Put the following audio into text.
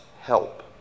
help